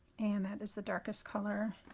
and that is the darkest color.